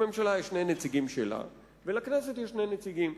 לממשלה יש שני נציגים שלה, ולכנסת יש שני נציגים.